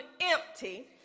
empty